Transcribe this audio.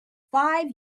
five